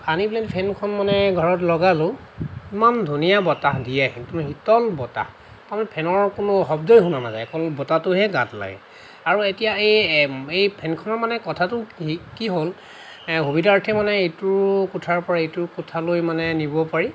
আনি পেলাই ফেনখন মানে লগালোঁ ইমান ধুনীয়া বতাহ দিয়ে একদম শীতল বতাহ তাৰমানে ফেনৰ কোনো শব্দই শুনা নাযায় অকল বতাহটোহে গাত লাগে আৰু এতিয়া এই এই ফেনখন মানে কথাটো কি হ'ল সুবিধাৰ্থে মানে ইটো কোঠাৰ পৰা সিটো কোঠালৈ মানে নিব পাৰি